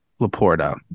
Laporta